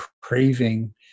craving